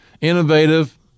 innovative